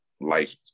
life